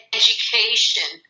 education